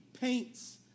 paints